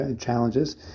challenges